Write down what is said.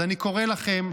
אז אני קורא לכם,